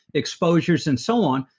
exposures and so on,